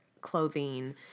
clothing